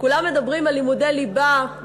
כולם מדברים על לימודי ליבה,